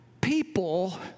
people